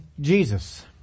Jesus